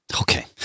Okay